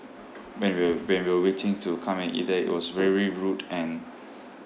when we were when we were waiting to come and eat there it was very rude and